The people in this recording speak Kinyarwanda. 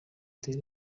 utere